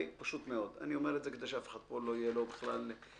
אני אומר את זה פשוט מאוד.